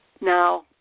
Now